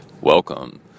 Welcome